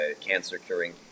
cancer-curing